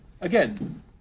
again